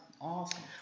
Awesome